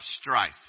strife